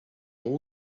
all